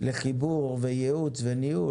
לחיבור וייעוץ וניהול,